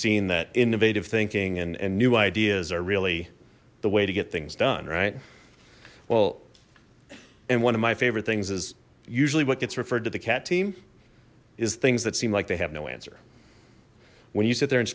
seen that innovative thinking and new ideas are really the way to get things done right well and one of my favorite things is usually what gets referred to the cat team is things that seem like they have no answer when you sit there and